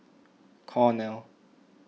Cornell